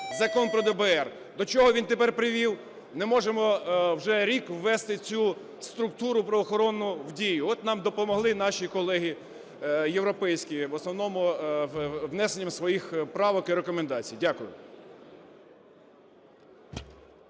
Закон про ДБР, до чого він тепер привів? Не можемо вже рік ввести цю структуру правоохоронну в дію. От нам допомогли наші колеги європейські, в основному внесенням своїх правок і рекомендацій. Дякую.